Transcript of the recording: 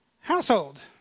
household